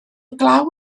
glaw